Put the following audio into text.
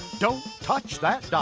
don't touch that dial.